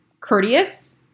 courteous